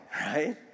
right